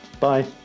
Bye